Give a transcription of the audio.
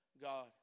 God